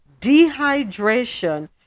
dehydration